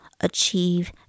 achieve